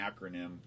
acronym